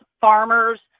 farmers